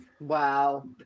Wow